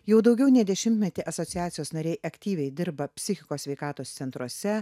jau daugiau nei dešimtmetį asociacijos nariai aktyviai dirba psichikos sveikatos centruose